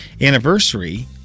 anniversary